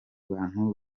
bantu